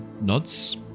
nods